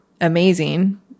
amazing